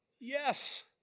yes